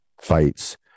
fights